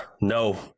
No